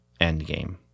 Endgame